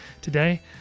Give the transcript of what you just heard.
today